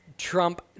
Trump